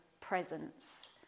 presence